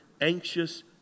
anxious